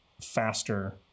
faster